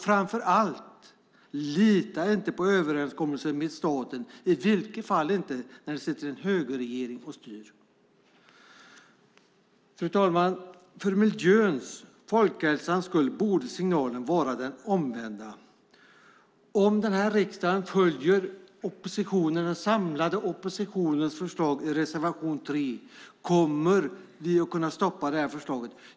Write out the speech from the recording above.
Framför allt: Lita inte på överenskommelsen med staten, i vilket fall inte när det sitter en högerregering och styr. Fru talman! För miljöns och folkhälsans skull borde signalen vara den omvända. Om den här riksdagen följer den samlade oppositionens förslag i reservation 3 kommer vi att kunna stoppa det här förslaget.